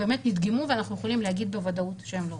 באמת נדגמו ואנחנו יכולים להגיד בוודאות שהם לא.